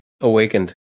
Awakened